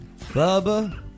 Bubba